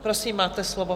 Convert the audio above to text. Prosím, máte slovo.